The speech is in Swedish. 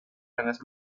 hennes